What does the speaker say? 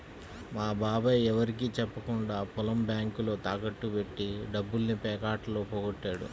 మా బాబాయ్ ఎవరికీ చెప్పకుండా పొలం బ్యేంకులో తాకట్టు బెట్టి డబ్బుల్ని పేకాటలో పోగొట్టాడు